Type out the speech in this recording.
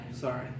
Sorry